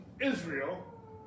Israel